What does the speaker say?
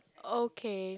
okay